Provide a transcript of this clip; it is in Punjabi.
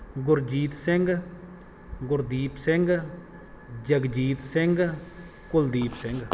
ਗੁਰਜੀਤ ਸਿੰਘ ਗੁਰਦੀਪ ਸਿੰਘ ਜਗਜੀਤ ਸਿੰਘ ਕੁਲਦੀਪ ਸਿੰਘ